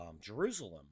Jerusalem